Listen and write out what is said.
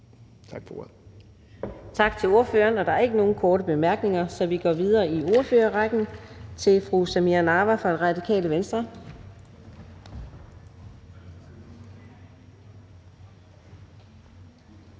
Adsbøl): Tak til ordføreren. Der er ikke nogen korte bemærkninger, så vi går videre i ordførerrækken til fru Samira Nawa fra Radikale Venstre.